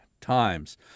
times